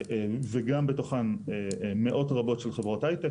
וגם בתוכן מאות רבות של חברות הייטק.